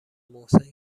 محسن